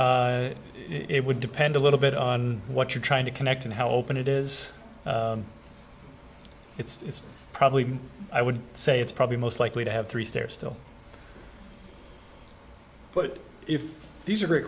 it would depend a little bit on what you're trying to connect and how open it is it's probably i would say it's probably most likely to have three stairs still but if these are